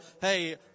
hey